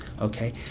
okay